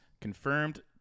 confirmed